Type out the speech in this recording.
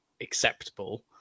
acceptable